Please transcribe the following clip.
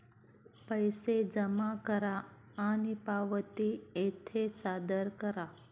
पैसे जमा करा आणि पावती येथे सादर करा